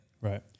Right